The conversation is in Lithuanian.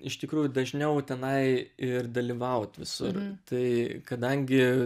iš tikrųjų dažniau tenai ir dalyvaut visur tai kadangi